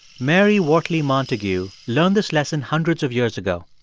mary wortley montagu learned this lesson hundreds of years ago.